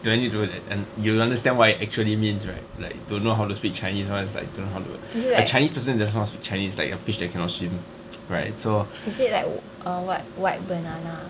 do I need to like you understand what it actually means right like don't know how to speak chinese [one] is like don't know how to a chinese person that doesn't know how to speak chinese is like a fish that cannot swim right so